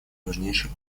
важнейшей